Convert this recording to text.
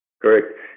Correct